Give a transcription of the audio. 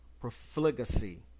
profligacy